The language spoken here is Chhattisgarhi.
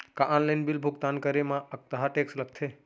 का ऑनलाइन बिल भुगतान करे मा अक्तहा टेक्स लगथे?